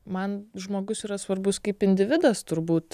man žmogus yra svarbus kaip individas turbūt